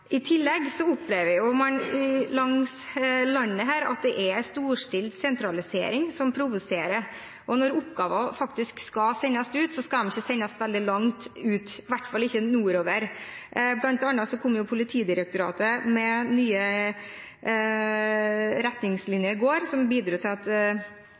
man langs dette landet at det er en storstilt sentralisering, noe som provoserer. Når oppgaver faktisk skal sendes ut, skal de ikke sendes veldig langt ut, i hvert fall ikke nordover! Blant annet kom Politidirektoratet med nye retningslinjer i går, som bidro til at